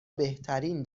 بهترین